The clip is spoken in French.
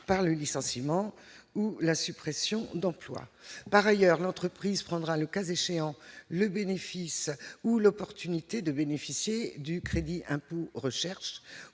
par le licenciement ou la suppression d'emplois, par ailleurs, l'entreprise prendra le cas échéant le bénéfice ou l'opportunité de bénéficier du crédit impôt recherche